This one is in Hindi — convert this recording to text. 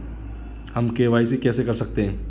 हम के.वाई.सी कैसे कर सकते हैं?